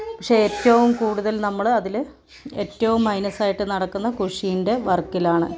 പക്ഷേ ഏറ്റവും കൂടുതൽ നമ്മള് അതില് ഏറ്റവും മൈനസ്സായിട്ട് നടക്കുന്ന കുഷീൻ്റെ വർക്കിലാണ്